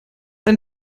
ein